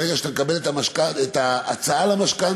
ברגע שאתה מקבל את ההצעה של המשכנתה,